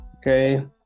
okay